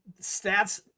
stats